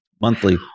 Monthly